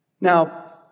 Now